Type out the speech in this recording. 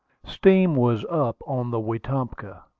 steam was up on the wetumpka,